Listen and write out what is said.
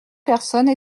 personnes